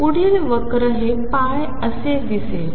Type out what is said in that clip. पुढील वक्र हे π असे दिसेल